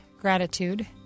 gratitude